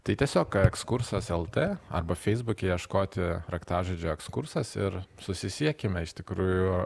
tai tiesiog ekskursas lt arba feisbuke ieškoti raktažodžio ekskursas ir susisiekime iš tikrųjų